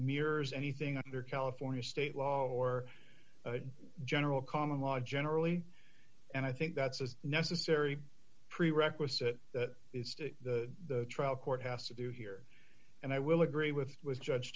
mirrors anything under california state law or general common law generally and i think that's a necessary prerequisite that is to the trial court has to do here and i will agree with with judge